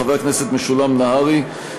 חבר הכנסת משולם נהרי,